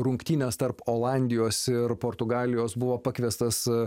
rungtynes tarp olandijos ir portugalijos buvo pakviestas